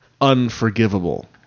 Unforgivable